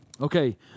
Okay